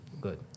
Good